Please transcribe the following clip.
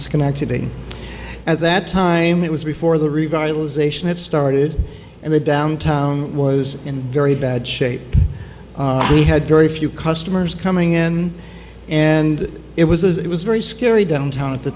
schenectady at that time it was before the revitalization had started and the downtown was in very bad shape we had very few customers coming in and it was it was very scary downtown at the